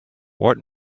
what